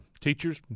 Teachers